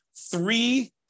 three